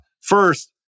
First